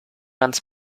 ganz